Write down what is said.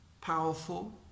powerful